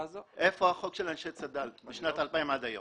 איפה החוק של אנשי צד"ל משנת 2000 עד היום?